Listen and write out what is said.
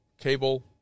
Cable